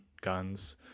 guns